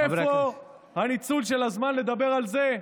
איפה הניצול של הזמן לדבר על זה?